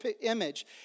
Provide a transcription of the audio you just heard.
image